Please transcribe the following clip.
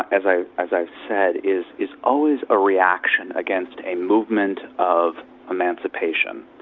as i've as i've said, is is always a reaction against a movement of emancipation.